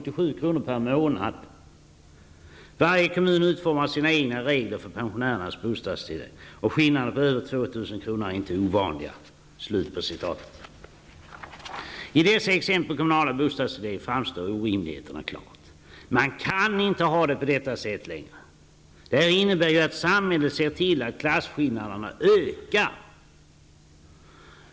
En skillnad på Varje kommun utformar sina egna regler för pensionärernas bostadstillägg och skillnader på över 2 000 kr är inte ovanliga.'' I dessa exempel på kommunalt bostadstillägg framstår orimligheterna klart. Man kan inte ha det på detta sätt längre. De här innebär ju att samhället ser till att klasskillnaderna ökar.